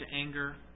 anger